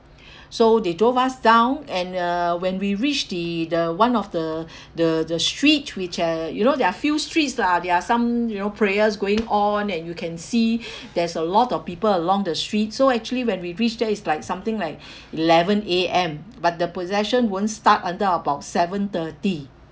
so they drove us down and uh when we reached the the one of the the the street which uh you know there are few streets lah there are some you know prayers going on and you can see there's a lot of people along the streets so actually when we reach there it's like something like eleven A_M but the possession won't start until about seven thirty